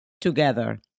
together